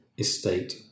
estate